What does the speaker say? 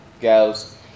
goes